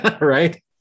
right